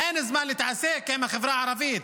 אין זמן להתעסק עם החברה הערבית.